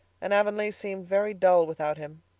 and avonlea seemed very dull without him.